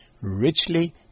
richly